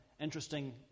interesting